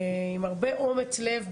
עם הרבה אומץ לב,